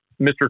Mr